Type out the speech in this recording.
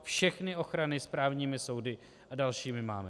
Všechny ochrany správními soudy a dalšími máme.